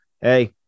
hey